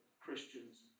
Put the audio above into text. Christians